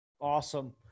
Awesome